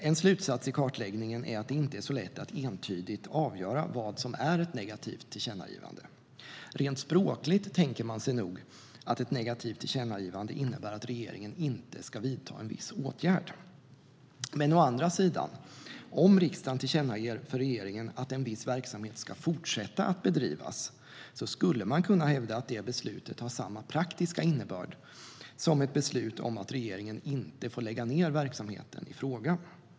En slutsats i kartläggningen är att det inte är så lätt att entydigt avgöra vad som är ett negativt tillkännagivande. Rent språkligt tänker man sig nog att ett negativt tillkännagivande innebär att regeringen inte ska vidta en viss åtgärd. Men å andra sidan: Om riksdagen tillkännager för regeringen att en viss verksamhet ska fortsätta bedrivas skulle man kunna hävda att det beslutet har samma praktiska innebörd som ett beslut om att regeringen inte får lägga ned verksamheten i fråga.